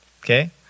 okay